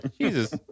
Jesus